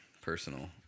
personal